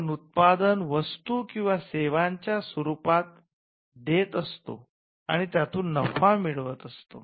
आपण उत्पादन वस्तू किंवा सेवांच्या स्वरूपात देत असतो आणि त्यातून नफा मिळवत असतो